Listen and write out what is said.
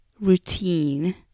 routine